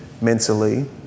mentally